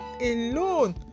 alone